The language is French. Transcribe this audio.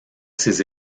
ses